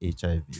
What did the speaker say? HIV